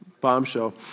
bombshell